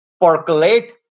percolate